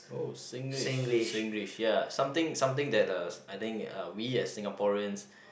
oh Singlish Singlish ya something something that uh I think uh we as Singaporeans